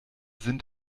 sind